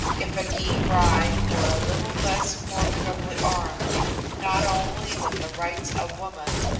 if a gy bride were a little less formidably armed not only with the rights of woman,